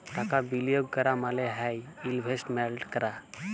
টাকা বিলিয়গ ক্যরা মালে হ্যয় ইলভেস্টমেল্ট ক্যরা